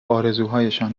آرزوهایشان